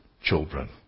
children